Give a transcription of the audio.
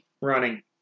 Running